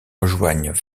rejoignent